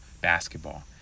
basketball